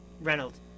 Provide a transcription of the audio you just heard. Reynolds